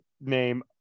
name